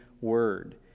word